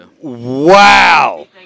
Wow